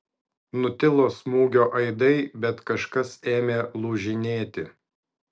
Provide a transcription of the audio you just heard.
nutilo smūgio aidai bet kažkas ėmė lūžinėti